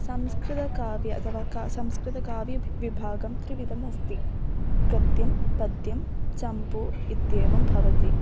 संस्कृतकाव्यम् अथवा का संस्कृतकाव्यैः विभागं त्रिविधमस्ति गद्यं पद्यं चम्पूः इत्येवं भवति